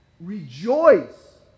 rejoice